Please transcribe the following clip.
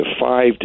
five